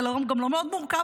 זה גם לא מאוד מורכב,